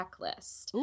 checklist